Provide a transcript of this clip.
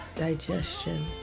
digestion